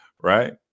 right